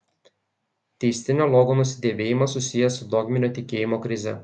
teistinio logo nusidėvėjimas susijęs su dogminio tikėjimo krize